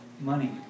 money